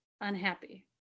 unhappy